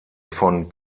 von